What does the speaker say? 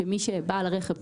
מי שהוא בעל רכב,